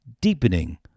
deepening